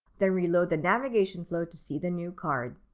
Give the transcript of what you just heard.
then reload the navigation flow to see the new card.